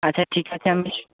আচ্ছা ঠিক আছে আমি